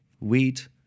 wheat